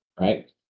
right